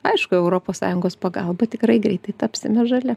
aišku europos sąjungos pagalba tikrai greitai tapsime žali